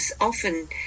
Often